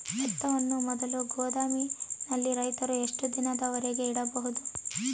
ಭತ್ತವನ್ನು ಮೊದಲು ಗೋದಾಮಿನಲ್ಲಿ ರೈತರು ಎಷ್ಟು ದಿನದವರೆಗೆ ಇಡಬಹುದು?